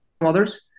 others